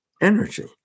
energy